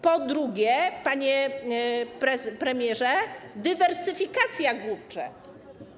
Po trzecie, panie premierze: dywersyfikacja, głupcze.